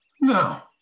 Now